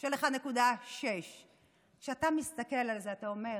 של 1.6%. כשאתה מסתכל על זה, אתה אומר: